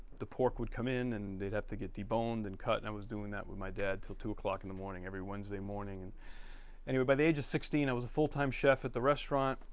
the pork would come in and they'd have to get deboned and cut and i was doing that with my dad till two o'clock in the morning every wednesday morning and anyway by the age of sixteen i was a full-time chef at the restaurant.